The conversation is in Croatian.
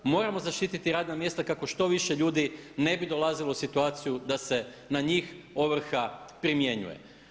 Moramo zaštititi radna mjesta kako što više ljudi ne bi dolazilo u situaciju da se na njih ovrha primjenjuje.